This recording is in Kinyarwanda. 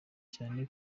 cyane